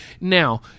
Now